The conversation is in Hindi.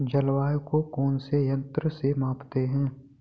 जलवायु को कौन से यंत्र से मापते हैं?